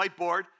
whiteboard